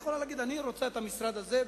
היא יכולה להגיד: אני רוצה את המשרד הזה,